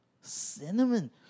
Cinnamon